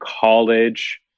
college